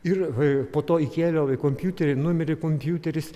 ir po to įkėliau į kompiuterį numirė kompiuteris